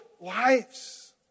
lives